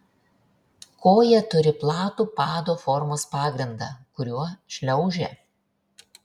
koja turi platų pado formos pagrindą kuriuo šliaužia